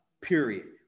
period